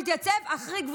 הראשונית שלי,